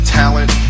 talent